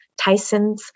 Tysons